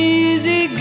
easy